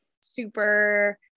super